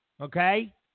Okay